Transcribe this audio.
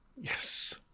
Yes